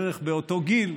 בערך באותו גיל,